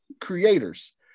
creators